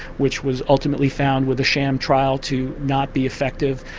which was ultimately found with a sham trial to not be effective.